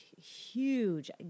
huge